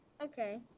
Okay